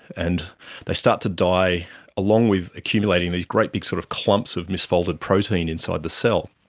and they start to die along with accumulating these great big sort of clumps of misfolded protein inside the cell.